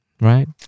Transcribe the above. Right